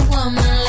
Woman